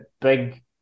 big